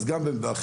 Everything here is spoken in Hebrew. אז גם בחינוך,